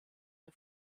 der